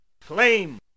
flame